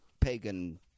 pagan